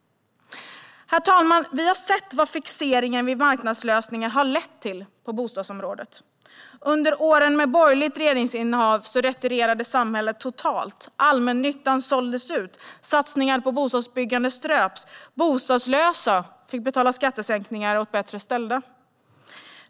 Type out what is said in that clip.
Herr talman! Vi har sett vad fixeringen vid marknadslösningar har lett till på bostadsområdet. Under åren med borgerligt regeringsinnehav retirerade samhället totalt. Allmännyttan såldes ut. Satsningar på bostadsbyggande ströps. Bostadslösa fick betala skattesänkningar åt mer välbeställda.